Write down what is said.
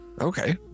Okay